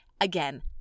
again